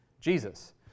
Jesus